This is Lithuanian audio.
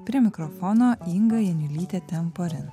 prie mikrofono inga janulytė temporin